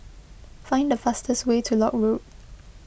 find the fastest way to Lock Road